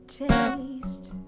taste